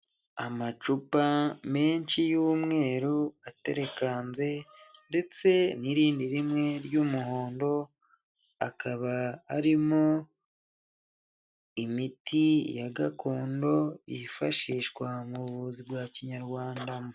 Amacupa menshi y'umweru aterekanze ndetse n'irindi rimwe ry'umuhondo, akaba arimo imiti ya gakondo yifashishwa mu buvuzi bwa Kinyarwanda.